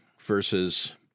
versus